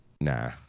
Nah